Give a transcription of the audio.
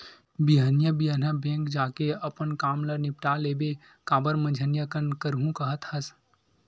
बिहनिया बिहनिया बेंक जाके अपन काम ल निपाट लेबे काबर मंझनिया कन करहूँ काहत हस